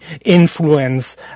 influence